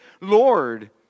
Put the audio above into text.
Lord